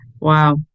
Wow